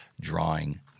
drawing